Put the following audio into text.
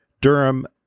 Durham